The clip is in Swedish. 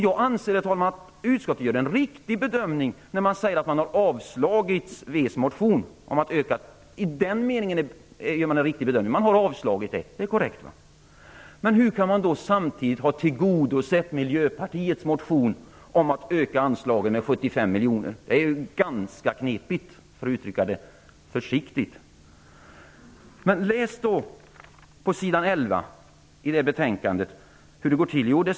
Jag anser, herr talman, att utskottet gör en riktig bedömning när man säger att man har avstyrkt Vänsterpartiets motion. I den meningen gör man en riktig bedömning. Man har avstyrkt den. Det är korrekt. Men hur kan man samtidigt ha tillgodosett Miljöpartiets motion om att anslagen skall ökas med 75 miljoner? Det är ganska knepigt, för att uttrycka det försiktigt. Läs på sidan 11 i detta betänkande!